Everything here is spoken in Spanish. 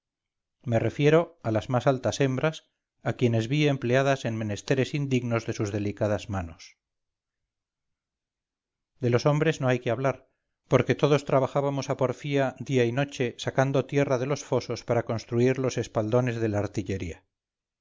me refiero a las más altas hembras a quienes vi empleadas en menesteres indignos de sus delicadas manos de los hombres no hay que hablar porque todos trabajábamos a porfía día y noche sacando tierra de los fosos para construir los espaldones de la artillería